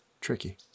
tricky